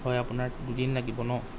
হয় আপোনাৰ দুদিন লাগিব ন